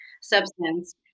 substance